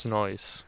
noise